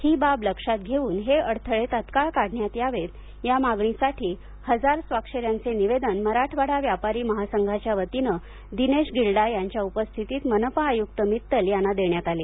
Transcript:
ही बाब लक्षात घेऊन हे अडथळे तात्काळ काढण्यात यावे या मागणीसाठी हजार स्वाक्षऱ्यांचे निवेदन मराठवाडा व्यापारी महासंघाच्या वतीने दिनेश गिल्डा यांच्या उपस्थितीत मनपा आयुक्त मित्तल यांना देण्यात आले